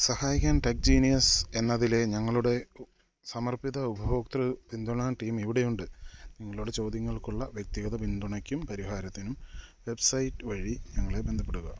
സഹായിക്കാൻ tech genius എന്നതിലെ ഞങ്ങളുടെ സമർപ്പിത ഉപഭോക്തൃ പിന്തുണാ ടീം ഇവിടെയുണ്ട് നിങ്ങളുടെ ചോദ്യങ്ങൾക്കുള്ള വ്യക്തിഗത പിന്തുണയ്ക്കും പരിഹാരത്തിനും വെബ്സൈറ്റ് വഴി ഞങ്ങളെ ബന്ധപ്പെടുക